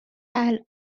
الان